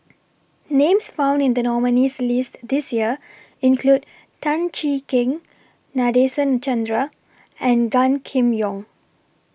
Names found in The nominees' list This Year include Tan Cheng Kee Nadasen Chandra and Gan Kim Yong